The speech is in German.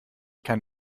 kann